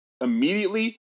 immediately